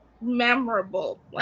memorable